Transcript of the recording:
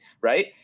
Right